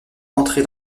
entrer